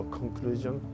conclusion